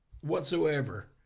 whatsoever